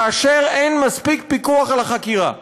כאשר אין מספיק פיקוח על החקירה.